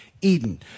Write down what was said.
Eden